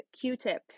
q-tips